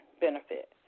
benefit